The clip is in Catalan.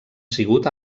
sigut